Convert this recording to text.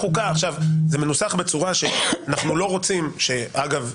זה מנוסח בצורה שאנחנו לא רוצים אגב,